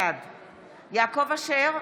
בעד יעקב אשר,